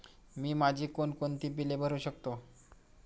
मी माझी कोणकोणती बिले भरू शकतो?